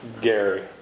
Gary